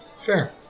Fair